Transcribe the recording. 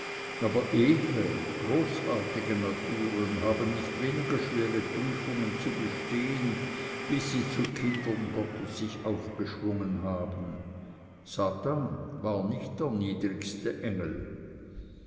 aber edle großartige naturen haben nicht weniger schwere prüfungen zu bestehen bis sie zu kindern gottes sich aufgeschwungen haben satan war nicht der niedrigste der engel